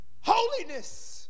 Holiness